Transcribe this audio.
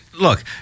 Look